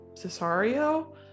cesario